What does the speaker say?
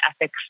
ethics